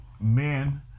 men